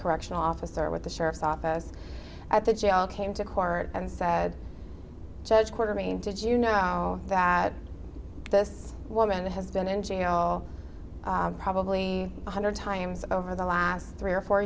correctional officer with the sheriff's office at the jail came to court and said judge quartermaine did you know that this woman has been in juneau probably one hundred times over the last three or four